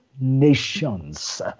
nations